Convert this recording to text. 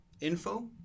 info